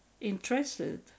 interested